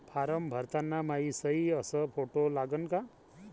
Form भरताना मायी सयी अस फोटो लागन का?